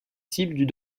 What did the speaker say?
cible